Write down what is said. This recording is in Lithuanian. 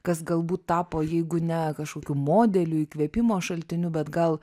kas galbūt tapo jeigu ne kažkokiu modeliu įkvėpimo šaltiniu bet gal